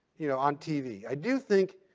you know, on tv. i do think,